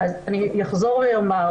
אני אחזור ואומר.